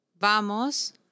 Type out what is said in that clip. vamos